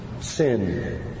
sin